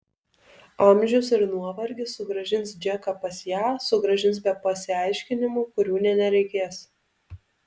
amžius ir nuovargis sugrąžins džeką pas ją sugrąžins be pasiaiškinimų kurių nė nereikės